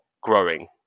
growing